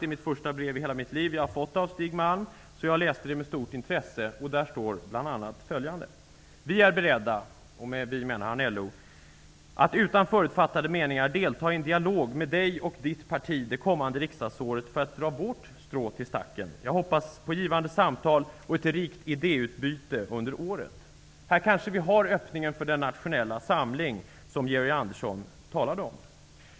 Det är det första brev i hela mitt liv som jag har fått från Stig Malm, så jag läste det med stort intresse. Där stod bl.a. följande: ''Vi är beredda'' -- och med vi menar han LO--''att utan förutfattade meningar delta i en dialog med dig och ditt parti det kommande riksdagsåret för att dra vårt strå till stacken. Jag hoppas på givande samtal och ett rikt idéutbyte under året.'' Här kanske vi har öppningen för den nationella samling som Georg Andersson talade om.